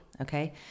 okay